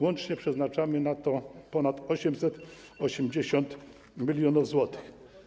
Łącznie przeznaczamy na to ponad 880 mln zł.